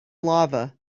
lava